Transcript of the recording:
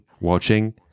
watching